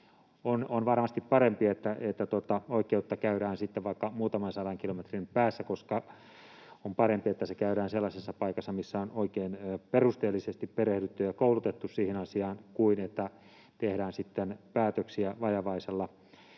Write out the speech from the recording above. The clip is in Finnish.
On varmasti parempi, että oikeutta käydään sitten vaikka muutaman sadan kilometrin päässä, koska on parempi, että sitä käydään sellaisessa paikassa, missä on oikein perusteellisesti perehdytty ja koulutettu siihen asiaan, kuin että tehdään päätöksiä vajavaisella